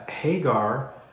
Hagar